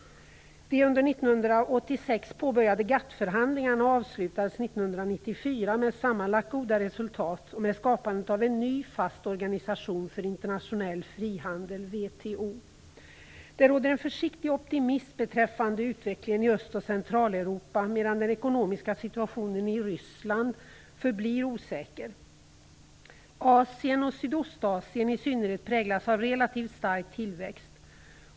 De under 1986 påbörjade GATT-förhandlingarna avslutades 1994 med sammanlagt goda resultat och skapandet av en ny fast organisation för internationell frihandel, WTO. Det råder en försiktig optimism beträffande utvecklingen i Öst och Centraleuropa, medan den ekonomiska situationen i Ryssland förblir osäker. Asien, och i synnerhet Sydostasien, präglas av relativt stark tillväxt.